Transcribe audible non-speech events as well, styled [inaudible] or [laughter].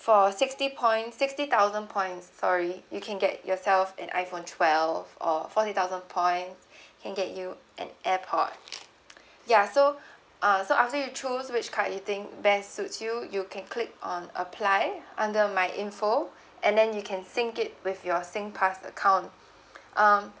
for sixty points sixty thousand points sorry you can get yourself an iPhone twelve or forty thousand points [breath] can get you an AirPod ya so uh so after you choose which card you think best suits you you can click on apply under my info and then you can sync it with your SingPass account um